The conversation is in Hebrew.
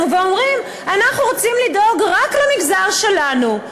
ואומרים: אנחנו רוצים לדאוג רק למגזר שלנו.